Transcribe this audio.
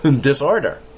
disorder